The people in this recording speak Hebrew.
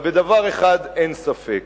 אבל בדבר אחד אין ספק: